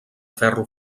ferro